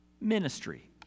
ministry